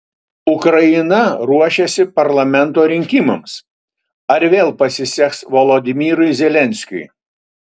ukraina ruošiasi parlamento rinkimams ar vėl pasiseks volodymyrui zelenskiui